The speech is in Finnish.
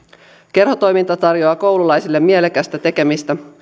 kerhotoiminta tarjoaa koululaisille mielekästä tekemistä